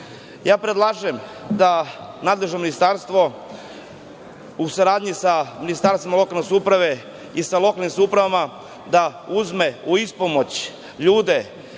predlažem da nadležno ministarstvo, u saradnji sa Ministarstvom lokalne samouprave i sa lokalnim samoupravama, da uzme u ispomoć ljude